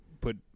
put